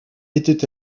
était